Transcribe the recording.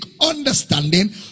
understanding